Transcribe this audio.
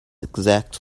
exact